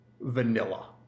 vanilla